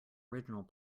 original